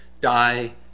die